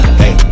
hey